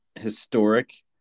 historic